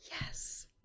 Yes